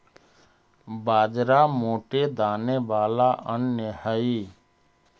बाजरा मोटे दाने वाला अन्य हई